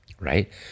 right